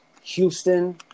Houston